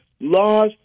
laws